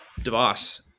Devos